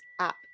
app